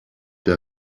der